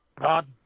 God